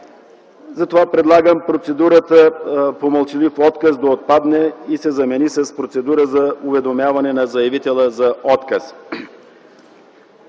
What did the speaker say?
си. Предлагам процедурата по мълчалив отказ да отпадне и да се замени с процедура за уведомяване на заявителя за отказ.